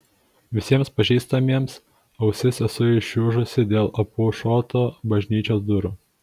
visiems pažįstamiems ausis esu išūžusi dėl apušoto bažnyčios durų